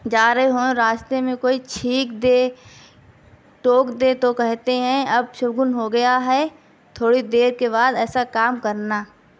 جا رہے ہوں راستے میں کوئی چھینک دے ٹوک دے تو کہتے ہیں اپشگن ہو گیا ہے تھوڑی دیر کے بعد ایسا کام کرنا